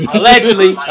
Allegedly